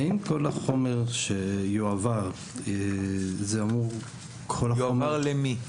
האם כל החומר שיועבר --- יועבר למי?